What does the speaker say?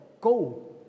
go